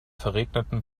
verregneten